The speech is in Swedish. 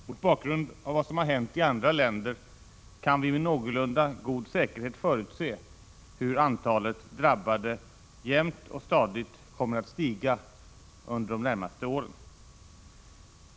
Mot bakgrund av vad som har hänt i andra länder kan vi med någorlunda god säkerhet förutse hur antalet drabbade jämnt och stadigt kommer att stiga under de närmaste åren.